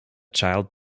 child